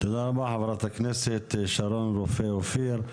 תודה רבה חברת הכנסת שרון רופא אופיר.